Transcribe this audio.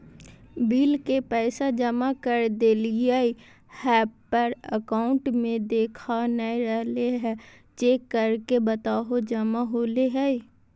Bill के पैसा जमा कर देलियाय है पर अकाउंट में देखा नय रहले है, चेक करके बताहो जमा होले है?